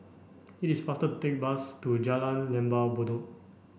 it is faster take bus to Jalan Lembah Bedok